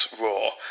Roar